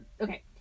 okay